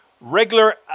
regular